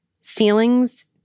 feelings